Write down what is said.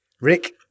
Rick